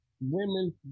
women